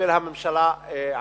בשביל הממשלה עצמה.